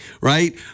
right